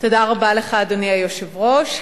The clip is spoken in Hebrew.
אדוני היושב-ראש,